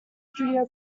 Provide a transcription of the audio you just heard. studio